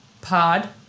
pod